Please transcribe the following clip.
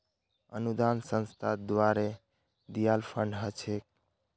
अनुदान संस्था द्वारे दियाल फण्ड ह छेक